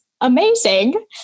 amazing